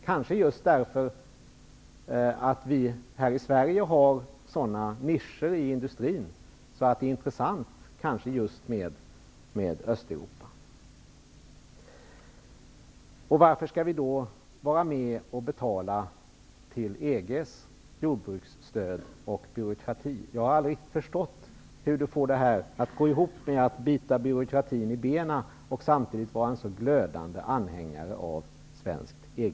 I Sverige har vi sådana nischer i industrin att det är intressant med just Östeuropa. Varför skall vi då vara med och betala till EG:s jordbruksstöd och byråkrati? Jag har aldrig förstått hur Ian Wachtmeister har fått detta att gå ihop, att bita byråkratin i benen och samtidigt vara en så glödande anhängare av svenskt EG